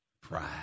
pride